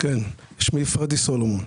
שמי פרדי סולומון.